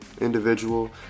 individual